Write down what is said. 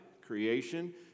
creation